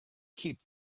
keep